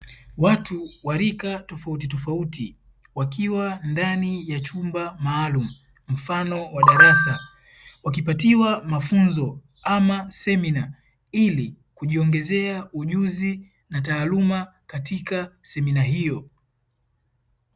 Watu wa rika tofauti tofauti wakiwa, ndani ya chumba maalumu, mfano wa darasa wakipatiwa mafunzo ama semina, ili kujiongezea ujuzi na taaluma katika semina hiyo.